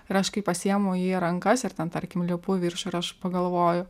ir aš kai pasiimtu jį į rankas ir ten tarkim lipu į viršų ir aš pagalvoju